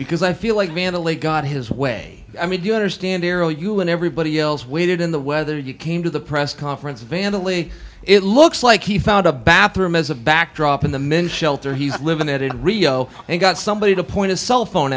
because i feel like mandalay got his way i mean you understand arrow you and everybody else waited in the weather you came to the press conference vandelay it looks like he found a bathroom as a backdrop in the men's shelter he's living at it rio and got somebody to point a cell phone